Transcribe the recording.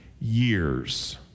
years